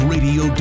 Radio